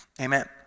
Amen